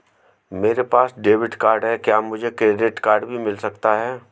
मेरे पास debit card है क्या मुझे क्रेडिट कार्ड भी मिल सकता है?